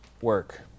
work